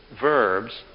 verbs